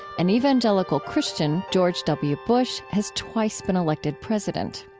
an evangelical christian george w. bush has twice been elected president.